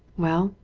well,